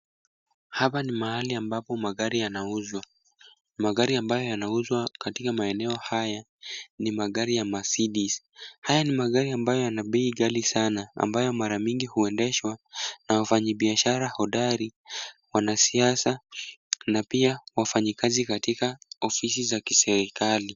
Hapa ni mahali ambapo magari yanauzwa. Magari ambayo yanauzwa katika maeneo haya, ni magari ya Mercedes. Haya ni magari ambayo yana bei ghali sana ambayo mara mingi huendeshwa na wafanyibiashara hodari, wanasiasa na pia wafanyikazi katika ofisi za kiserikali.